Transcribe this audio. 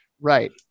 right